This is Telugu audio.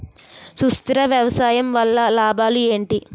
సుస్థిర వ్యవసాయం వల్ల లాభాలు ఏంటి?